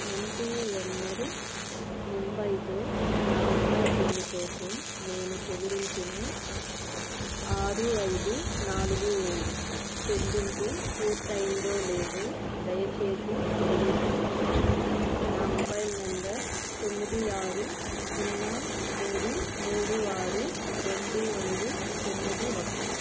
MTNL ముంబైతో నా mobile bill కోసం నేను చెల్లించిన ఆరు ఐదు నాలుగు ఏడు చెల్లింపు పూర్తయిందో లేదో దయచేసి ధృవీకరించండి నా మొబైల్ నంబర్ తొమ్మిది ఆరు సున్నా మూడు మూడు ఆరు రెండు రెండు తొమ్మిది ఒకటి